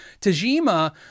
Tajima